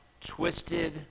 twisted